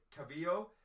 cavio